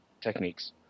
techniques